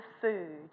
food